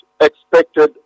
expected